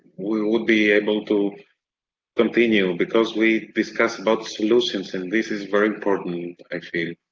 we will be able to continue, because we discussed about solutions and this is very important.